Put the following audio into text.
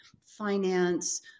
finance